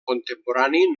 contemporani